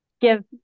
give